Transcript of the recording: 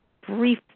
brief